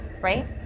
Right